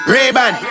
Ray-Ban